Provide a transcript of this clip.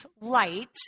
light